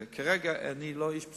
כרגע אני לא איש בשורה,